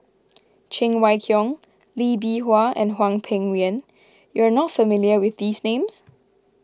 Cheng Wai Keung Lee Bee Wah and Hwang Peng Yuan you are not familiar with these names